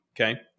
okay